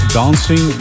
dancing